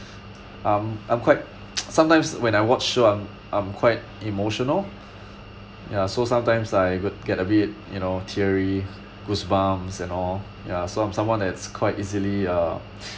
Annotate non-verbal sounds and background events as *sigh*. I'm I'm quite *noise* sometimes when I watch show I'm I'm quite emotional ya so sometimes I got get a bit you know teary goosebumps and all ya so I'm someone that's quite easily uh